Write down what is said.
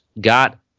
got